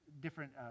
different